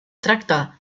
tracta